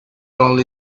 only